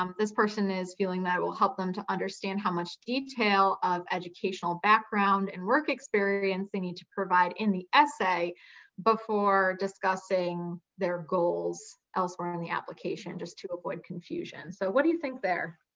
um this person is feeling that it will help them to understand how much detail of educational background and work experience they need to provide in the essay before discussing their goals elsewhere on the application just to avoid confusion. so what do you think there?